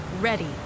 Ready